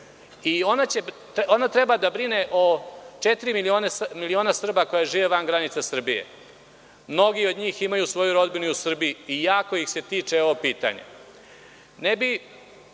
i ona treba da brine o četiri miliona Srba koji žive van granica Srbije. Mnogi od njih imaju svoju rodbinu i u Srbiji i jako ih se tiče ovo pitanje. Mislim